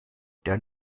der